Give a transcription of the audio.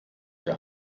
der